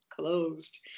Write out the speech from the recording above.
closed